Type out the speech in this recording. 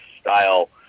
style